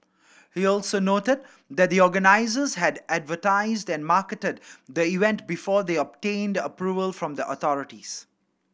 he also noted that the organisers had advertised and marketed the event before they obtained approval from the authorities